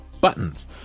buttons